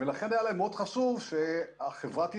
ולכן היה להם מאוד חשוב שהחברה תתנהל.